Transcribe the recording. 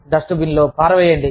dust bin లో పారవేయండి